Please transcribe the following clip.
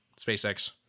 SpaceX